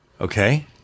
Okay